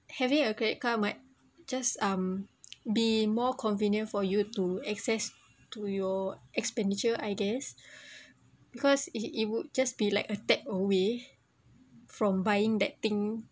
having a credit card might just um be more convenient for you to access to your expenditure I guess because it it would just be like a take away from buying that thing